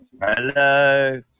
Hello